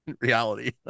reality